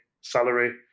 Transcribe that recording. salary